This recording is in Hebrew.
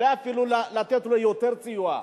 אולי אפילו לתת לו יותר סיוע.